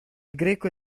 greco